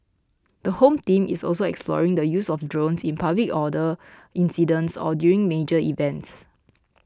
the Home Team is also exploring the use of drones in public order incidents or during major events